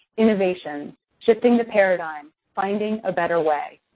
innovation shifting the paradigm, finding a better way.